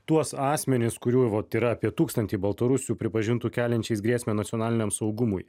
tuos asmenis kurių vot yra apie tūkstantį baltarusių pripažintų keliančiais grėsmę nacionaliniam saugumui